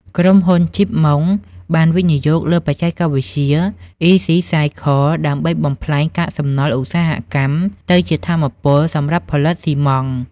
ក្រុមហ៊ុន ជីប ម៉ុង (Chip Mong ) បានវិនិយោគលើបច្ចេកវិទ្យា អុីស៊ីសាយខល "Ecicycle" ដើម្បីបំប្លែងកាកសំណល់ឧស្សាហកម្មទៅជាថាមពលសម្រាប់ផលិតស៊ីម៉ងត៍។